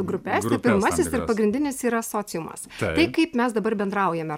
grupes pirmasis ir pagrindinis yra sociumas tai kaip mes dabar bendraujame